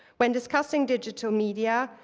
when discussing digital media,